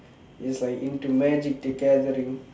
is like into magic gathering